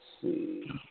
see